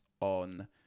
on